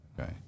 Okay